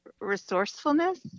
resourcefulness